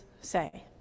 say